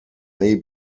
may